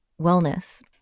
wellness